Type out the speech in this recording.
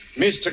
Mr